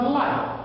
life